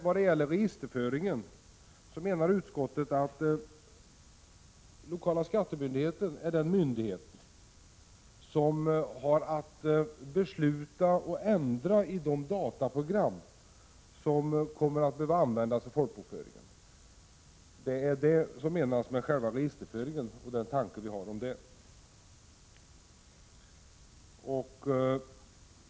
Vad gäller registerföringen menar utskottet att lokala skattemyndigheten är den myndighet som har att besluta om och ändra i de dataprogram som kommer att användas vid folkbokföringen. Detta är tanken i själva registerföringen.